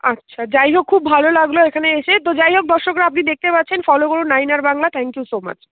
আচ্ছা যাই হোক খুব ভালো লাগল এখানে এসে তো যাই হোক দর্শকরা আপনি দেখতে পাচ্ছেন ফলো করুন নাইন আর Bangla thank you so much